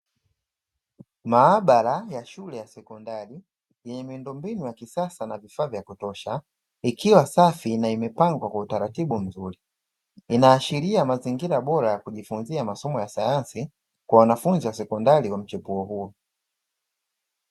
Maabara ya shule ya sekondari yenye miundombinu ya kisasa na vifaa vya kutosha ikiwa safi na imepangwa kwa utaratibu mzuri, inaashiria mazingira bora ya kujifunzia masomo ya sayansi kwa wanafunzi wa sekondari wa mchepuo huo.